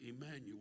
Emmanuel